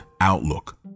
outlook